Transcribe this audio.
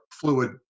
fluid